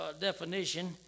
definition